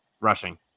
rushing